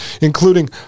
including